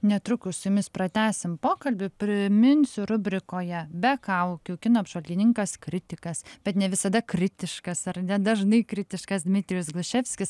netrukus su jumis pratęsim pokalbį priminsiu rubrikoje be kaukių kino apžvalgininkas kritikas bet ne visada kritiškas ar nedažnai kritiškas dmitrijus glušefskis